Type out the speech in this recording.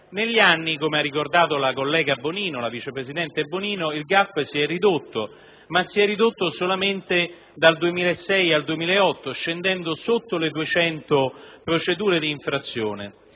Negli anni, come ha ricordato la vice presidente Bonino, il *gap* si è ridotto, ma si è ridotto solamente dal 2006 al 2008, scendendo sotto le 200 procedure di infrazione